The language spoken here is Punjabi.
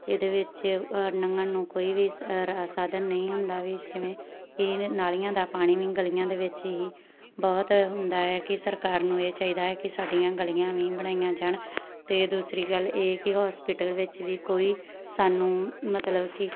ਇਹਦੇ ਵਿੱਚ ਲੰਘਣ ਨੂੰ ਕੋਈ ਵੀ ਸ ਰਾ ਸਾਧਨ ਨਹੀਂ ਹੁੰਦਾ ਵੀ ਜਿਵੇਂ ਕਿ ਨਾਲੀਆਂ ਦਾ ਪਾਣੀ ਵੀ ਗਲੀਆਂ ਦੇ ਵਿੱਚ ਹੀ ਬਹੁਤ ਹੁੰਦਾ ਹੈ ਕਿ ਸਰਕਾਰ ਨੂੰ ਇਹ ਚਾਹੀਦਾ ਹੈ ਕਿ ਸਾਡੀਆਂ ਗਲੀਆਂ ਵੀ ਬਣਾਈਆਂ ਜਾਣ ਅਤੇ ਦੂਸਰੀ ਗੱਲ ਇਹ ਕਿ ਹੋਸਪਿਟਲ ਵਿੱਚ ਵੀ ਕੋਈ ਸਾਨੂੰ ਮਤਲਬ ਕਿ